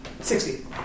Sixty